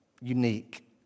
unique